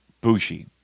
Bushi